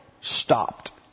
stopped